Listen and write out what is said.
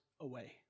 away